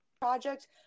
project